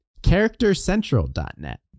charactercentral.net